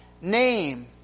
name